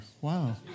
Wow